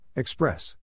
Express